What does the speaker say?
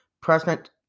President